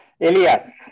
Elias